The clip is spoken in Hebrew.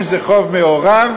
אם זה חוב מעורב,